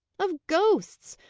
of ghosts.